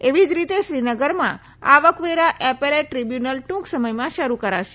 એવી જ રીતે શ્રીનગરમાં આવકવેરા એપેલેટ ટ્રીબ્યુનલ ટુંક સમયમાં શરૂ કરાશે